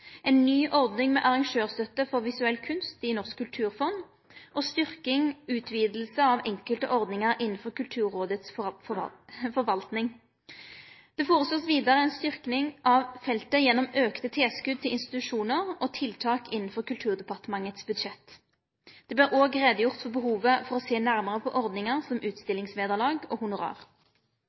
ny ordning med arrangørstøtte for visuell kunst i Norsk kulturfond og styrking og utviding av enkelte ordningar innanfor Kulturrådets forvalting. Det vert vidare føreslått ei styrking av feltet gjennom auka tilskot til institusjonar og tiltak innanfor Kulturdepartementets budsjett. Det vert òg gjort greie for behovet for å sjå nærare på ordningar som utstillingsvederlag og honorar.